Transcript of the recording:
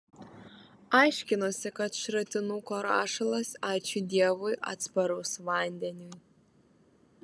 aiškinosi kad šratinuko rašalas ačiū dievui atsparus vandeniui